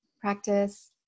practice